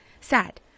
sad